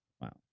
Wow